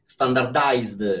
standardized